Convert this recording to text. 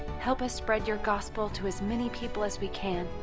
help us spread your gospel to as many people as we can.